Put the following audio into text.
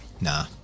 Nah